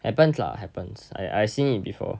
happens lah happens I I seen it before